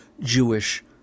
Jewish